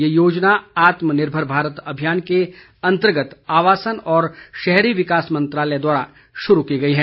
यह योजना आत्मनिर्भर भारत अभियान के अन्तर्गत आवासन और शहरी विकास मंत्रालय द्वारा शुरू की गई है